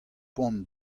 poan